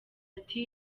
ati